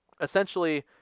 essentially